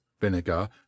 vinegar